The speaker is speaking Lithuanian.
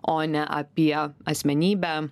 o ne apie asmenybę